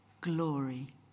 glory